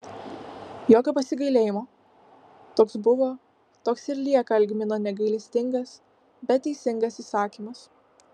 jokio pasigailėjimo toks buvo toks ir lieka algmino negailestingas bet teisingas įsakymas